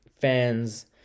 Fans